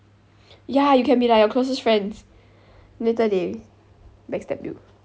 ya you can be like your closest friends then later they backstab you